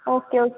okay okay